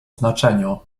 znaczeniu